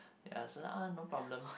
ya so ah no problems